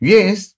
Yes